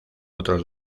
otros